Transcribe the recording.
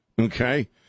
okay